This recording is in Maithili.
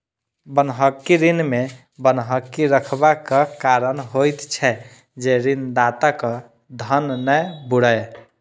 बन्हकी ऋण मे बन्हकी रखबाक कारण होइत छै जे ऋणदाताक धन नै बूड़य